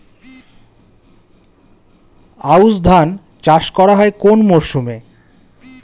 আউশ ধান চাষ করা হয় কোন মরশুমে?